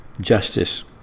justice